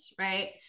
right